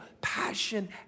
passion